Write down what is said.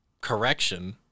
correction